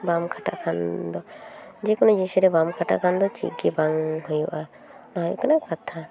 ᱵᱟᱢ ᱠᱷᱟᱴᱟᱜ ᱠᱷᱟᱱ ᱫᱚ ᱡᱮ ᱠᱳᱱᱳ ᱡᱤᱱᱤᱥ ᱨᱮᱜᱮ ᱵᱟᱢ ᱠᱷᱟᱴᱟᱜ ᱠᱷᱟᱱ ᱫᱚ ᱪᱮᱫ ᱜᱮ ᱵᱟᱝ ᱦᱩᱭᱩᱜᱼᱟ ᱚᱱᱟ ᱦᱩᱭᱩᱜ ᱠᱟᱱᱟ ᱠᱟᱛᱷᱟ